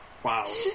Wow